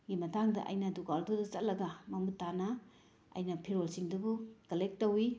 ꯒꯤ ꯃꯇꯥꯡꯗ ꯑꯩꯅ ꯗꯨꯀꯥꯜꯗꯨꯗ ꯆꯠꯂꯒ ꯃꯃꯨꯠ ꯇꯥꯅ ꯑꯩꯅ ꯐꯤꯔꯣꯜꯁꯤꯡꯗꯨꯕꯨ ꯀꯂꯦꯛ ꯇꯧꯋꯤ